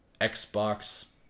xbox